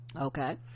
okay